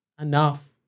enough